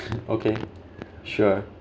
okay sure